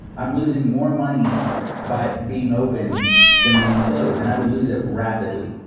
i'm losing more money by being open than being closed. and i would lose it rapidly.